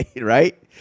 Right